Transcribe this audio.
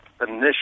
initial